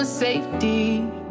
safety